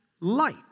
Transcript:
light